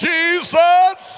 Jesus